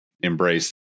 embrace